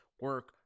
Work